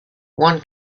one